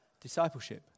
discipleship